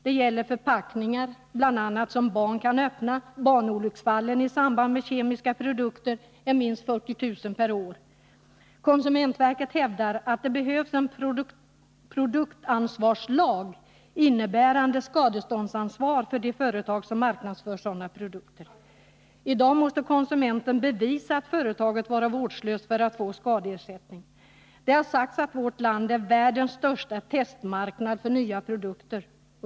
Det gäller bl.a. förpackningar som barn kan öppna. Antalet barnolycksfall förknippade med kemiska produkter är minst 40 000 per år. Konsumentverket hävdar att det behövs en produktansvarslag som medför skadeståndsansvar för de företag som marknadsför sådana produkter. I dag måste konsumenten bevisa att företaget varit vårdslöst för att få skadeersättning. Det har sagts att vårt land är världens största testmarknad för nya produkter.